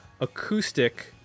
acoustic